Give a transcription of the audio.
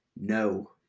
no